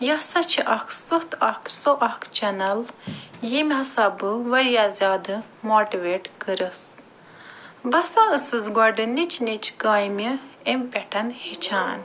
یہِ ہسا چھِ اکھ سوٚتھ اکھ سۄ اکھ چنل ییٚمہِ ہسا بہٕ وارِیاہ زیادٕ ماٹِویٹ کٔرٕس بہٕ ہسا ٲسٕس گۄڈٕنِچ نِچ کامہِ اَمہِ پٮ۪ٹھ ہیٚچھان